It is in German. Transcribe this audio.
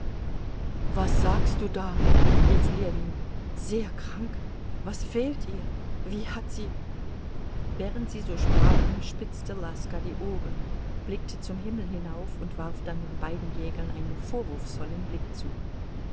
was sagst du da rief ljewin sehr krank was fehlt ihr wie hat sie während sie so sprachen spitzte laska die ohren blickte zum himmel hinauf und warf dann den beiden jägern einen vorwurfsvollen blick zu